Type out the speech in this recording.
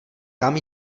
kam